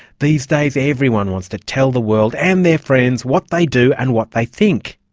these days everyone was to tell the world and their friends what they do and what they think.